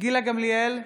גילה גמליאל,